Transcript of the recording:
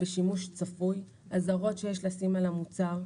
בשימוש צפוי, אזהרות שיש לשים את המוצר,